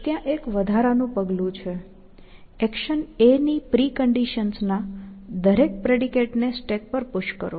ત્યાં એક વધારાનું પગલું છે એક્શન a ની પ્રિકન્ડિશન્સ ના દરેક પ્રેડિકેટને સ્ટેક પર પુશ કરો